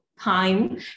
time